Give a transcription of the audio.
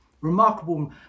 Remarkable